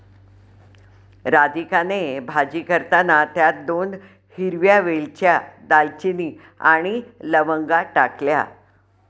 राधिकाने भाजी करताना त्यात दोन हिरव्या वेलच्या, दालचिनी आणि लवंगा टाकल्या